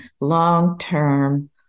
long-term